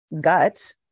gut